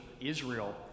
Israel